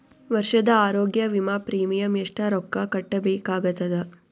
ವರ್ಷದ ಆರೋಗ್ಯ ವಿಮಾ ಪ್ರೀಮಿಯಂ ಎಷ್ಟ ರೊಕ್ಕ ಕಟ್ಟಬೇಕಾಗತದ?